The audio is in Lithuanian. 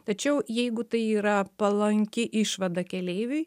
tačiau jeigu tai yra palanki išvada keleiviui